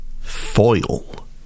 foil